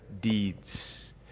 deeds